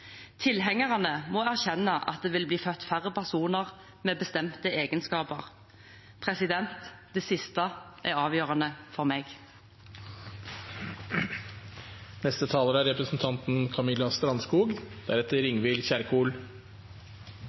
Tilhengerne må erkjenne at det vil bli født færre personer med bestemte egenskaper. Det siste er avgjørende for meg.